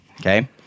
Okay